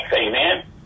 amen